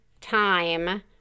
time